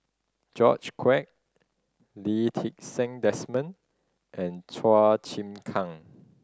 George Quek Lee Ti Seng Desmond and Chua Chim Kang